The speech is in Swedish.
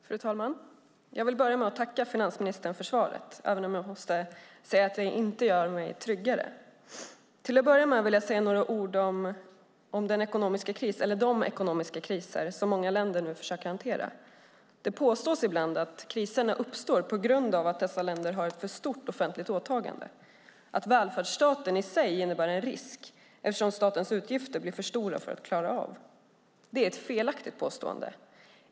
Fru talman! Jag vill börja med att tacka finansministern för svaret, även om jag måste säga att det inte gör mig tryggare. Till att börja med vill jag säga några ord om de ekonomiska kriser som många länder försöker hantera. Det påstås ibland att kriserna uppstår på grund av att dessa länder har ett för stort offentligt åtagande, att välfärdsstaten i sig innebär en risk eftersom statens utgifter blir för stora att klara. Det är ett felaktigt påstående.